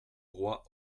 roi